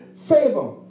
favor